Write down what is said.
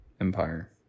Empire